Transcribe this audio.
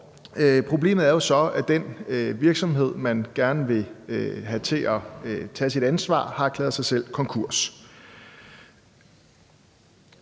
Problemet er jo så, at den virksomhed, man gerne vil have til at tage sit ansvar, har erklæret sig selv konkurs.